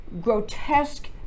grotesque